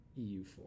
EU4